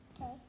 Okay